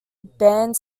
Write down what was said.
band